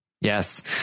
Yes